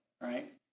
right